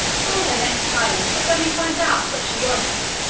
call her next time, that i may find out what she wants.